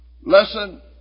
Listen